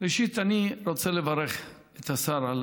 ראשית אני רוצה לברך את השר על